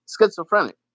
schizophrenic